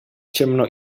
ciemno